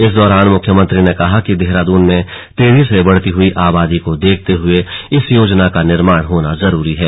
इस दौरान मुख्यमंत्री ने कहा कि देहराद्न में तेजी से बढ़ती हई आबादी को देखते हुए इस योजना का निर्माण होना जरूरी है